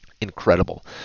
Incredible